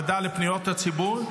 הוועדה לפניות הציבור,